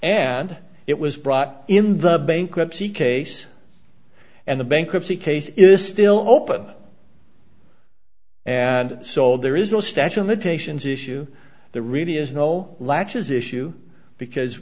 and it was brought in the bankruptcy case and the bankruptcy case is still open and sold there is no statute of limitations issue there really is no latches issue because